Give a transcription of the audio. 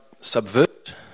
subvert